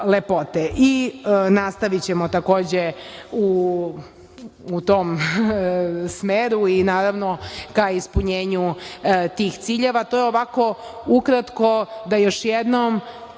i nastavićemo takođe u tom smeru i naravno ka ispunjenju tih ciljeva. To je ovako ukratko da još jednom